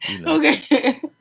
Okay